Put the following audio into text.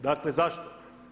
Dakle, zašto?